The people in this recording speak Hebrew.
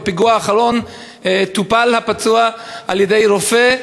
בפיגוע האחרון טופל הפצוע על-ידי רופא,